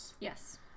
Yes